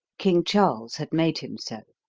king charles had made him so.